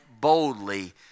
boldly